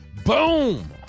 Boom